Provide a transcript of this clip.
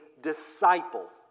disciple